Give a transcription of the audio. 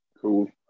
Cool